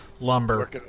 lumber